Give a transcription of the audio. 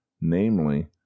namely